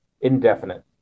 indefinite